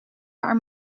paar